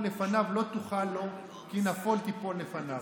לפניו לא תוכל לו כי נפול תפול לפניו".